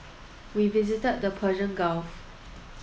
we visited the Persian Gulf